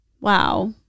Wow